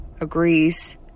agrees